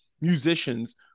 musicians